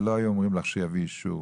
לא היו אומרים לך שיביא אישור.